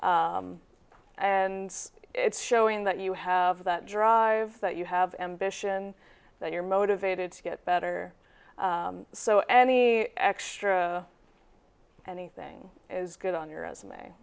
cmu and it's showing that you have that drive that you have ambition that you're motivated to get better so any extra anything is good on your resume